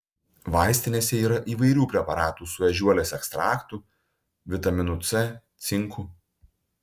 vaistinėse yra įvairių preparatų su ežiuolės ekstraktu vitaminu c cinku